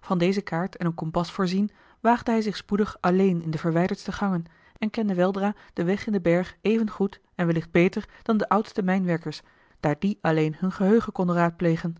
van deze kaart en een kompas voorzien waagde hij zich spoedig alleen in de verwijderdste gangen en kende weldra den weg in den berg even goed en wellicht beter dan de oudste mijnwerkers daar die alleen hun geheugen konden raadplegen